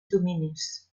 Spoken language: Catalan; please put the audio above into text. dominis